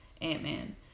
ant-man